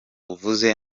uvuze